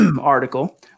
article